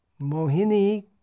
Mohini